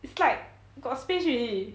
it's like got space already